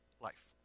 life